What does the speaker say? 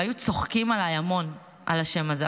והיו צוחקים עליי המון, על השם הזה.